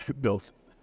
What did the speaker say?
built